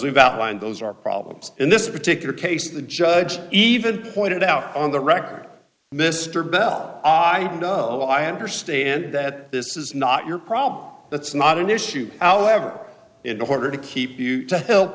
we've outlined those are problems in this particular case the judge even pointed out on the record mr bell well i understand that this is not your problem that's not an issue out however in order to keep you to help